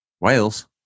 Wales